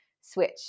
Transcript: switch